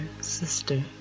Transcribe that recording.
sister